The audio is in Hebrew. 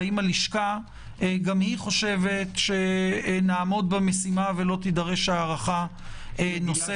והאם הלשכה גם היא חושבת שנעמוד במשימה ולא תידרש הארכה נוספת.